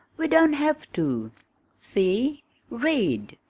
we don't have to see read!